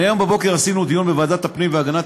היום בבוקר עשינו דיון בוועדת הפנים והגנת